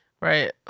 Right